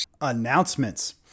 Announcements